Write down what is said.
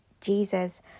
Jesus